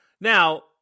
Now